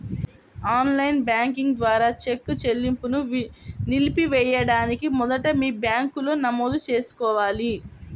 on line banking ద్వారా cheque చెల్లింపును నిలిపివేయడానికి మొదట మీ బ్యాంకులో నమోదు చేసుకోవాలి